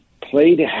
played